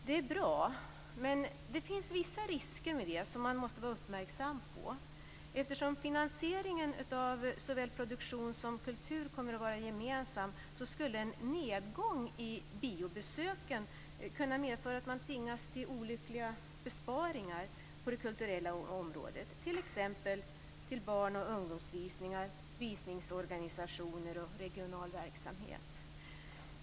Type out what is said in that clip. Det är bra, men det finns vissa risker med det som man måste vara uppmärksam på. Eftersom finansieringen av såväl produktion som kultur kommer att vara gemensam skulle en nedgång i biobesöken kunna medföra att man tvingas till olyckliga besparingar på det kulturella området, t.ex. när det gäller barn och ungdomsvisningar, visningsorganisationer och regional verksamhet.